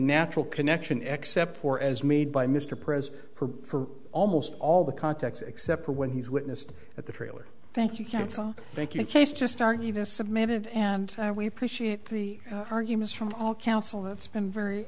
natural connection accept for as made by mr pres for almost all the contacts except for when he's witnessed at the trailer thank you counsel thank you case just argued is submitted and we appreciate the arguments from all counsel that's been very